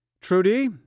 Trudy